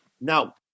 Now